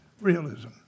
realism